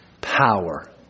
power